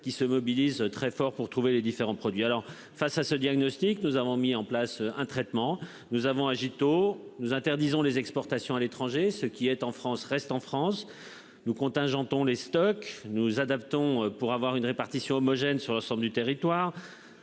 qui se mobilisent très fort pour trouver les différents produits. Alors face à ce diagnostic. Nous avons mis en place un traitement. Nous avons agi tôt nous interdisons les exportations à l'étranger ce qui est en France reste en France nous contingent on les stocks nous adaptons pour avoir une répartition homogène sur l'ensemble du territoire.